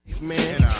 man